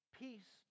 peace